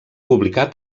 publicar